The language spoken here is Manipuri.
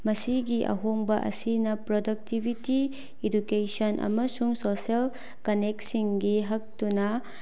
ꯃꯁꯤꯒꯤ ꯑꯍꯣꯡꯕ ꯑꯁꯤꯅ ꯄ꯭ꯔꯗꯛꯇꯤꯕꯤꯇꯤ ꯏꯗꯨꯀꯦꯁꯟ ꯑꯃꯁꯨꯡ ꯁꯣꯁꯦꯜ ꯀꯟꯅꯦꯛꯁꯤꯡꯒꯤ ꯍꯛꯇꯨꯅ